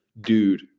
dude